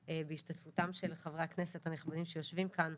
בהשתתפותם של חברי הכנסת הנכבדים שיושבים כאן,